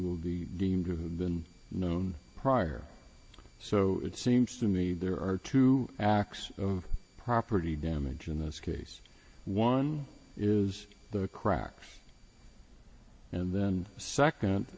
will be deemed to have been known prior so it seems to me there are two acts of property damage in this case one is the cracks and then second